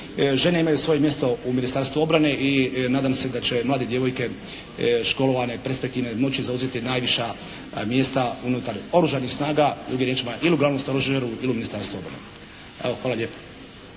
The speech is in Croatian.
Žene imaju svoje mjestu u Ministarstvu obrane i nadam se da će mlade djevojke, školovanje, perspektivne moći zauzeti najviša mjesta unutar Oružanih snaga kad je riječ o Glavnom stožeru ili u Ministarstvu obrane. Evo, hvala lijepo.